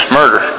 murder